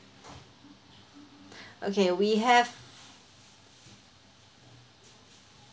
okay we have